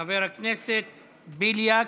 חבר הכנסת בליאק.